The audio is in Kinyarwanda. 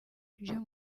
ibyo